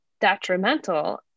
detrimental